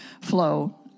flow